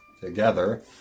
together